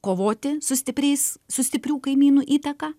kovoti su stipriais su stiprių kaimynų įtaka